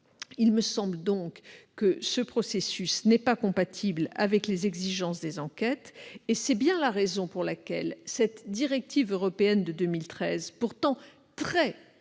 Il me semble donc que ce processus n'est pas compatible avec les exigences des enquêtes, et c'est d'ailleurs bien la raison pour laquelle la directive européenne précitée, pourtant très